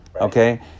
Okay